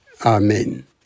Amen